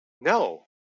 no